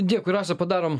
dėkui rasa padarom